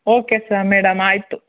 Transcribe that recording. okay ಸ madam ಆಯಿತು